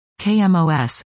KMOS